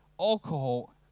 alcohol